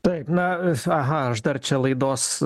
taip na aha aš dar čia laidos